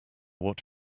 what